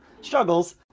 struggles